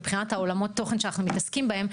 מבחינת עולמות התוכן שאנחנו מעסיקם בהם,